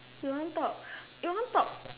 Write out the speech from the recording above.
you want talk you want talk